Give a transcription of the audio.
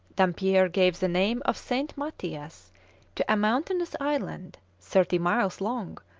dampier gave the name of saint matthias to a mountainous island, thirty miles long,